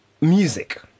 music